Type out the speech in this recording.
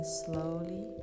slowly